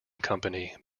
company